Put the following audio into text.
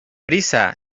prisa